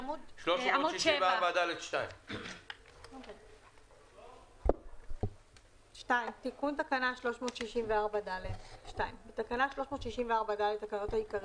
סעיף 364ד2. עמוד 7. "תיקון תקנה 364ד בתקנה 364ד לתקנות העיקריות,